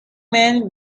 man